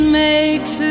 makes